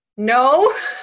no